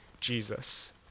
Jesus